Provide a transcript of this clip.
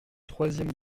troisième